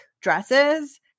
dresses